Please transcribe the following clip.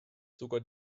sogar